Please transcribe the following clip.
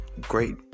great